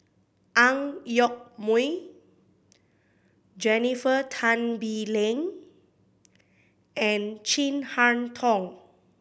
Ang Yoke Mooi Jennifer Tan Bee Leng and Chin Harn Tong